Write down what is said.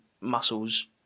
muscles